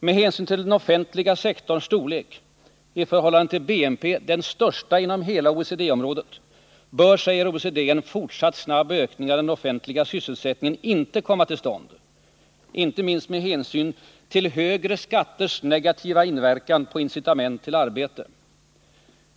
Med hänsyn till den offentliga sektorns storlek — i förhållande till BNP den största inom hela OECD-området — bör, säger OECD, en fortsatt snabb ökning av den offentliga sysselsättningen inte komma till stånd, inte minst med hänsyn till högre skatters negativa inverkan på incitamenten till arbete.